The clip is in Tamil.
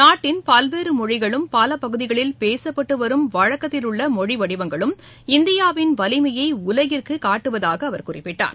நாட்டின் பல்வேறு மொழிகளும் பல பகுதிகளில் பேசுப்பட்டு வரும் வழக்த்தில் உள்ள மொழி வடிவங்களும் இந்தியாவின் வலிமையை உலகிற்கு காட்டுவதாக அவர் குறிப்பிட்டார்